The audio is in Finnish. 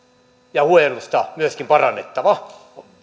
ja huojennusta myöskin parannettava